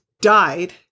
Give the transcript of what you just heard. died